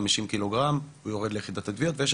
ממש לאחרונה סיימתי תיק של 270 ק"ג קנאביס שזה